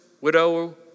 widow